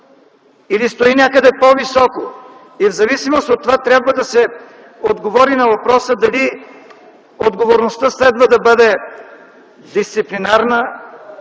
или стои някъде по-високо?! И в зависимост от това трябва да се отговори на въпроса дали отговорността трябва да бъде дисциплинарна,